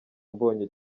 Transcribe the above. mbonye